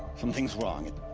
something's wrong, it.